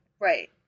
Right